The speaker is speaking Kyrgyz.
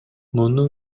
муну